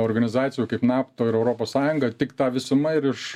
organizacijų kaip nato ir europos sąjunga tik ta visuma ir iš